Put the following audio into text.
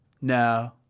no